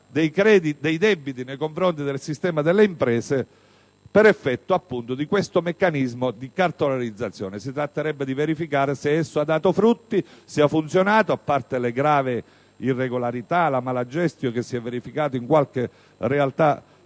dei debiti nei confronti del sistema delle imprese per effetto, appunto, di questo meccanismo di cartolarizzazione. Si tratterebbe di verificare se esso ha dato frutti e se ha funzionato: a parte le gravi irregolarità e la *mala* *gestio* che si è verificata in qualche realtà